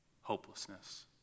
hopelessness